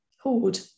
hoard